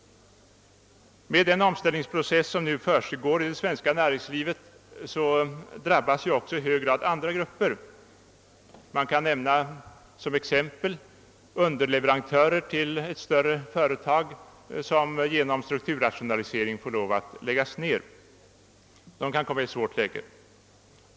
Med den omställningsprocess som nu försiggår i vårt näringsliv drabbas också i hög grad andra grupper. Jag kan som exempel nämna underleverantörer till större företag, vilka genom strukturrationaliseringen tvingas lägga ned driften, De kan då komma i ett svårt läge.